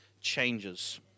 changes